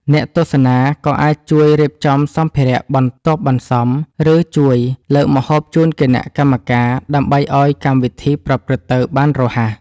អ្នកទស្សនាក៏អាចជួយរៀបចំសម្ភារៈបន្ទាប់បន្សំ ឬជួយលើកម្ហូបជូនគណៈកម្មការ ដើម្បីឱ្យកម្មវិធីប្រព្រឹត្តទៅបានរហ័ស។